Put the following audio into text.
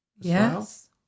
Yes